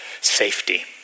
safety